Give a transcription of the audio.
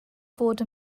fod